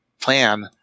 plan